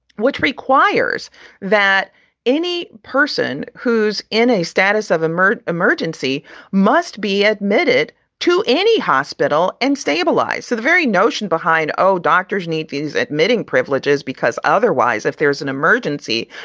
which requires that any person who's in a status of a murder emergency must be admitted to any hospital and stabilize. so the very notion behind, oh, doctors need these admitting privileges because otherwise, if there's an emergency,